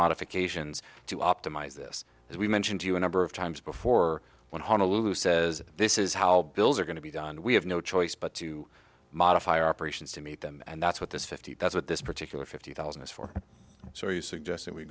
modifications to optimize this as we mentioned to you a number of times before when honolulu says this is how bills are going to be done we have no choice but to modify our operations to meet them and that's what this fifty that's what this particular fifty thousand is for so you suggest